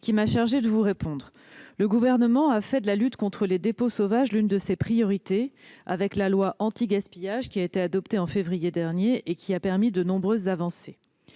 qui m'a chargée de vous répondre. Le Gouvernement a fait de la lutte contre les dépôts sauvages l'une de ses priorités. La loi anti-gaspillage de février 2020 a permis de nombreuses avancées.